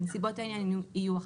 בנסיבות העניין יהיו אחרות.